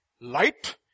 light